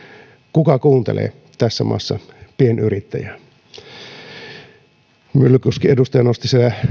kuka kuuntelee tässä maassa pienyrittäjää edustaja myllykoski nosti siellä